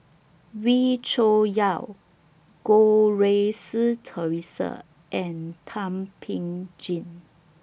Wee Cho Yaw Goh Rui Si Theresa and Thum Ping Tjin